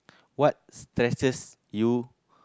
what stresses you